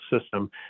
system